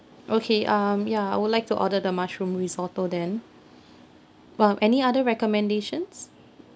okay um ya I would like to order the mushroom risotto then um any other recommendations